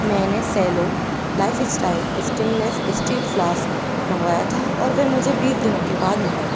میں نے Cello lifestyle stainless steel flask منگوایا تھا اور وہ مجھے بیس دنوں کے بعد ملا